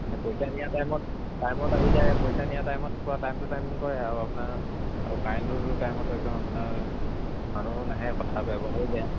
এনে পইচা নিয়া টাইমত টাইমত আহি যায় পইচা নিয়া টাইমত পুৰা টাইম টু টাইম কয় আৰু আপোনাৰ আৰু কাৰেণ্টটো টাইমত একদম আপোনাৰ মানুহবোৰ নাহে কথা ব্যৱহাৰ একেবাৰেই বেয়া